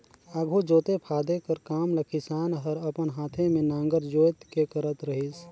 आघु जोते फादे कर काम ल किसान हर अपन हाथे मे नांगर जोएत के करत रहिस